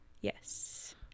Yes